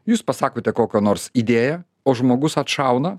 jūs pasakote kokią nors idėją o žmogus atšauna